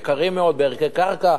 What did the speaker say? יקרים מאוד בערכי קרקע,